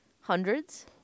Hundreds